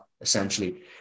essentially